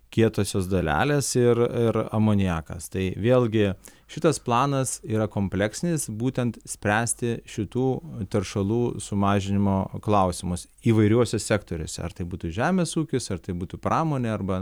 kietosios dalelės ir ir amoniakas tai vėlgi šitas planas yra kompleksinis būtent spręsti šitų teršalų sumažinimo klausimus įvairiuose sektoriuose ar tai būtų žemės ūkiuose ar tai būtų pramonė arba